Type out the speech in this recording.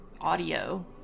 audio